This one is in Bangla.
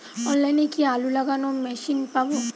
অনলাইনে কি আলু লাগানো মেশিন পাব?